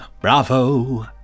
Bravo